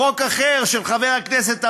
חוק אחר, של חבר הכנסת אמסלם,